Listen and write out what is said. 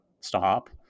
stop